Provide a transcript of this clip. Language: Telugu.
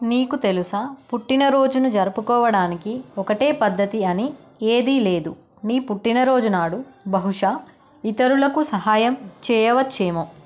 నీకు తెలుసా పుట్టిన రోజును జరుపుకోవడానికి ఒకటే పద్ధతి అని ఏదీ లేదు నీ పుట్టినరోజు నాడు బహుశా ఇతరులకు సహాయం చేయవచ్చేమో